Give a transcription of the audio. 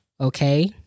Okay